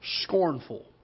scornful